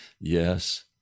Yes